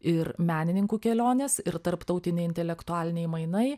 ir menininkų kelionės ir tarptautiniai intelektualiniai mainai